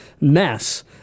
mess